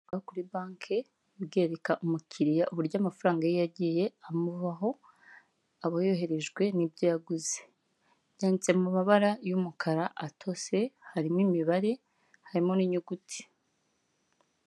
Uburyo bwo kuri banke bwereka umukiriya uko amafaranga ye yagiye amuvaho. Abo yoherejwe n'ibyo yaguze byanditse mu mabara y'umukara atose harimo imibare harimo n'inyuguti.